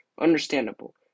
understandable